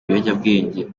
ibiyobyabwenge